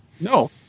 No